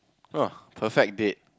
uh perfect date